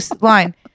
line